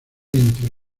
entre